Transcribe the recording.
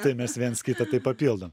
tai mes viens kitą papildom